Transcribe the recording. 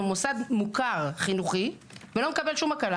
מוסד מוכר חינוכי ולא מקבל שום הקלה